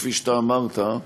כפי שאתה אמרת,